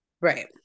Right